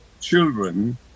children